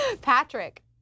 Patrick